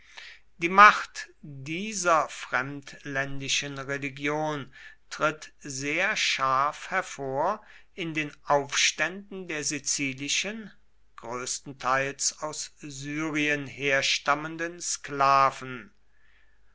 die macht dieser fremdländischen religion tritt sehr scharf hervor in den aufständen der sizilischen größtenteils aus syrien herstammenden sklaven